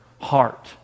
heart